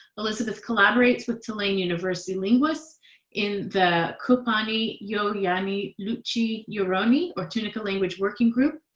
elisabeth collaborates with tulane university linguists in the kuhpani yoyani luhchi yoroni, or tunica language working group,